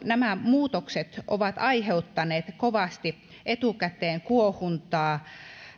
nämä muutokset ovat aiheuttaneet kovasti etukäteen kuohuntaa